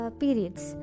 periods